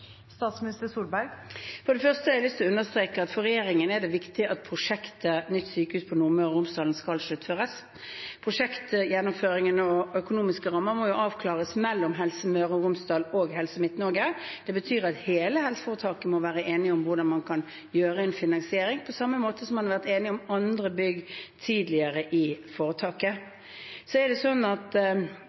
For det første har jeg lyst til å understreke at for regjeringen er det viktig at prosjektet for nytt sykehus for Nordmøre og Romsdal skal sluttføres. Prosjektgjennomføringen og økonomiske rammer må avklares mellom Helse Møre og Romsdal og Helse Midt-Norge. Det betyr at hele helseforetaket må være enige om hvordan man kan gjøre en finansiering, på samme måte som man har vært enige om andre bygg tidligere i foretaket. Det er